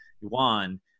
yuan